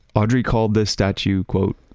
audrey called the statue quote,